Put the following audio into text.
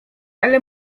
ale